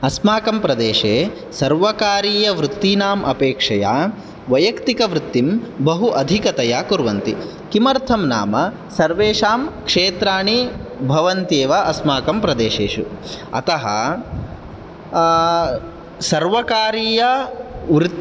अस्माकं प्रदेशे सर्वकारीय वृत्तिनाम् अपेक्षया वैय्यक्तिक वृत्तिं बहु अधिकतया कुर्वन्ति किमर्थं नाम सर्वेषां क्षेत्राणि भवन्त्येव अस्माकं प्रदेशेषु अतः सर्वकारीयवृत्